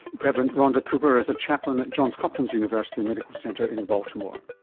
reverend rhonda cooper is a chaplain at johns hopkins university medical center in baltimore.